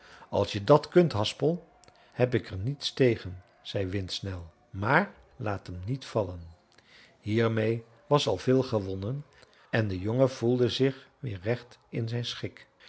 als je dat kunt haspel heb ik er niets tegen zei windsnel maar laat hem niet vallen hiermeê was al veel gewonnen en de jongen voelde zich weer recht in zijn schik